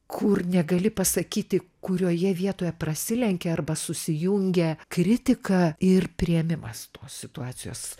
kur negali pasakyti kurioje vietoje prasilenkia arba susijungia kritika ir priėmimas tos situacijos